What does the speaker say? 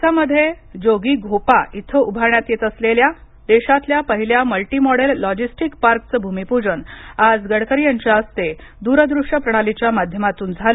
आसाममध्ये जोगीघोपा इथं उभारण्यात येत असलेल्या देशातल्या पहिल्या मल्टी मॉडेल लॉजिस्टिक पार्कचं भूमिपूजन आज गडकरी यांच्या हस्ते दूरदृष्य प्रणालीच्या माध्यमातून झालं